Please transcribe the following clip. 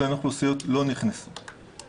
אותן אוכלוסיות לא נכנסו.